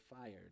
fired